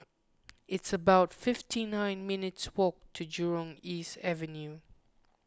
it's about fifty nine minutes' walk to Jurong East Avenue